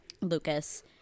Lucas